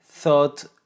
thought